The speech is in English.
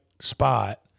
spot